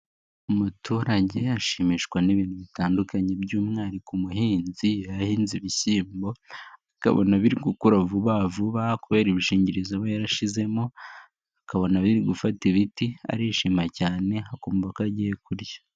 Umuturage ashimishwa n'ibintu bitandukanye by'umwihariko umuhinzi yahinze ibishyimbo akabona biri gukura vuba vuba kubera ibishingirizo aba yarashizemo akabona biri gufata ibiti, arishima cyane akumva ko agiye kurya.